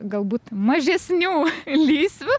galbūt mažesnių lysvių